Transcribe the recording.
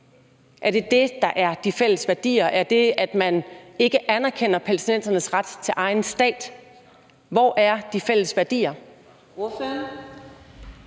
Er det det, der er de fælles værdier? Er det det, at man ikke anerkender palæstinensernes ret til en egen stat? Hvor er de fælles værdier?